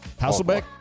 Hasselbeck